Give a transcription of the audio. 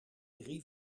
drie